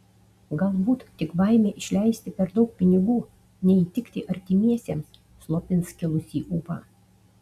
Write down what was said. galbūt tik baimė išleisti per daug pinigų neįtikti artimiesiems slopins kilusį ūpą